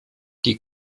die